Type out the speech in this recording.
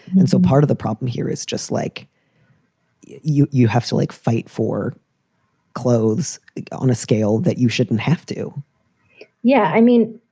and so part of the problem here is just like you you have to, like, fight for clothes on a scale that you shouldn't have to yeah, i mean,